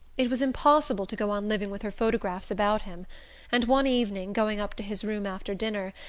it was impossible to go on living with her photographs about him and one evening, going up to his room after dinner,